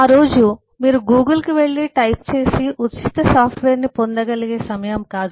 అవి మీరు గూగుల్కు వెళ్లి టైప్ చేసి మీ కోసం ఎవరో వ్రాసిన ఉచిత సాఫ్ట్వేర్ను పొందగలిగే రోజులు కాదు